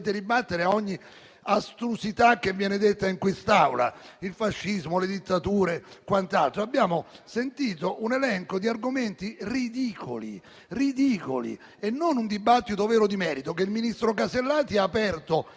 ribattere a ogni astrusità che viene detta in quest'Aula sul fascismo, sulle dittature e quant'altro. Abbiamo sentito un elenco di argomenti ridicoli e non un dibattito vero di merito, che il ministro Alberti Casellati ha aperto